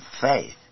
faith